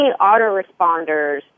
autoresponders